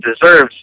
deserves